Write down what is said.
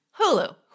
Hulu